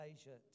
Asia